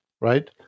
right